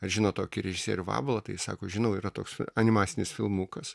žino tokį režisierių vabalą tai sako žinau yra toks animacinis filmukas